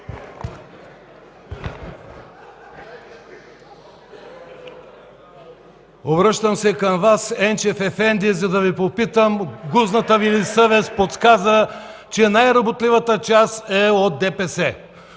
Обръщам се към Вас, Енчев ефенди, за да Ви попитам: гузната Ви съвест подсказа, че най-работливата част е от ДПС.